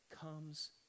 comes